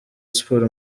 sports